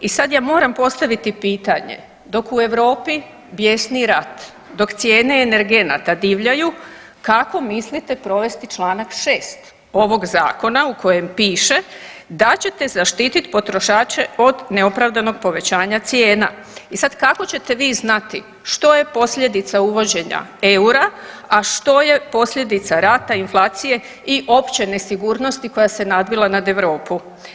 I sad ja moram postaviti pitanje dok u Europi bijesni rat, dok cijene energenata divljaju kako mislite provesti čl. 6. ovog zakona u kojem piše da ćete zaštitit potrošače od neopravdanog povećanja cijena i sad kako ćete vi znati što je posljedica uvođenja eura, a što je posljedica rata, inflacije i opće nesigurnosti koja se nadvila nad Europu?